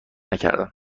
نکردم